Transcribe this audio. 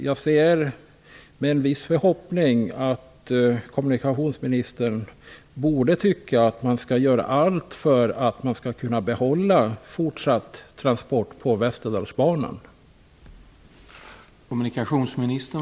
Jag har en viss förhoppning att kommunikationsministern tycker att vi skall göra allt för att man skall kunna behålla fortsatt trafik på Västerdalsbanan.